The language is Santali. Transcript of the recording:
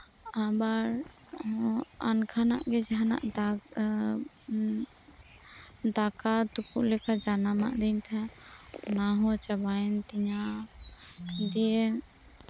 ᱟᱵᱟᱨ ᱚᱱᱠᱟᱱᱟᱜ ᱜᱮ ᱡᱟᱦᱟᱸᱱᱟᱜ ᱫᱟᱜᱽ ᱫᱟᱠᱟ ᱛᱩᱯᱩᱛ ᱞᱮᱠᱟ ᱡᱟᱱᱟᱢᱟᱫᱤᱧ ᱛᱟᱦᱮᱱ ᱚᱱᱟ ᱦᱚᱸ ᱪᱟᱵᱟᱭᱮᱱ ᱛᱤᱧᱟᱹ ᱫᱤᱭᱮ